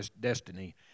destiny